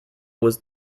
was